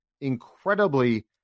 incredibly